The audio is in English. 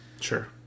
Sure